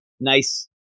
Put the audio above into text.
nice